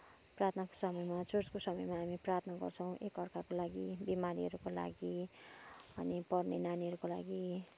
प्रार्थनाको समयमा चर्चको समयमा हामी प्रार्थना गर्छौँ एकाअर्काको लागि बिमारीहरूको लागि अनि पढ्ने नानीहरूको लागि